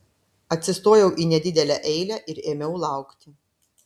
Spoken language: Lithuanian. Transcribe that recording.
atsistojau į nedidelę eilę ir ėmiau laukti